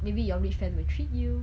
maybe your rich friend will treat you